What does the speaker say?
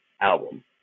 album